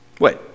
Wait